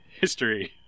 History